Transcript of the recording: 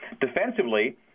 defensively